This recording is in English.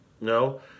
No